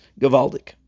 Gavaldik